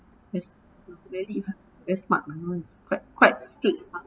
very smart you know quite quite strict